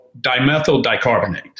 dimethyldicarbonate